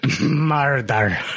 Murder